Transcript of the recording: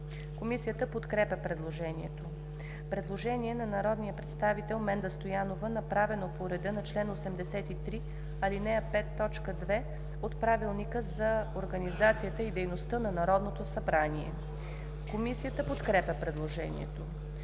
Комисията подкрепя предложението. Предложение на народния представител Менда Стоянова, направено по реда на чл. 83, ал. 5, т. 2 от Правилника за организацията и дейността на Народното събрание. Комисията подкрепя предложението.